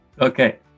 Okay